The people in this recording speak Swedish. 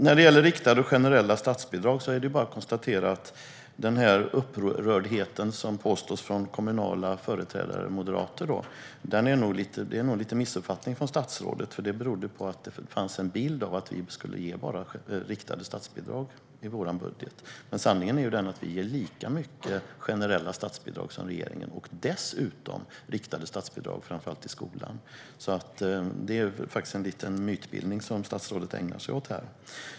När det gäller riktade, generella statsbidrag är det bara att konstatera att den upprördhet som påstås finnas hos moderata företrädare i kommunerna nog är en liten missuppfattning från statsrådets sida, för det berodde på att det fanns en bild i budgeten av att vi skulle ge bara riktade statsbidrag. Men sanningen är den att vi ger lika mycket generella statsbidrag som regeringen gör, dessutom riktade statsbidrag till framför allt skolan. Det är alltså en liten mytbildning som statsrådet ägnar sig åt här.